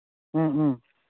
ꯎꯝ ꯎꯝ